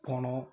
போனோம்